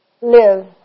live